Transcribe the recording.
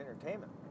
entertainment